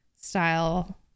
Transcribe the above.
style